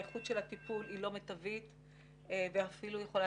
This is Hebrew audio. איכות הטיפול היא לא מיטבית ואפילו יכולה